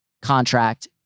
contract